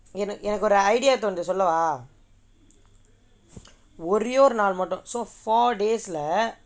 எனக்கு ஒரு:enakku oru idea தோனுது சொல்லவா ஒரேயொரு நாள் மட்டும்:thonuthu sollavaa oraiyoru naal mattum so four days leh